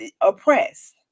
oppressed